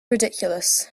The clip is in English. ridiculous